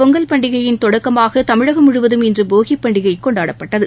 பொங்கல் பண்டிகையின் தொடக்கமாக தமிழகம் முழுவதம் இன்று போகிப்பண்டிகை கொண்டாடப்பட்டது